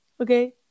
okay